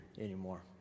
anymore